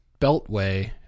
beltway